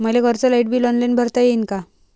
मले घरचं light bill online भरता येईन का?